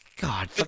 God